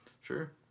Sure